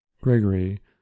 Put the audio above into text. Gregory